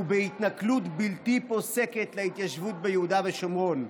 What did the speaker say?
ובהתנכלות בלתי פוסקת להתיישבות ביהודה ושומרון.